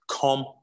come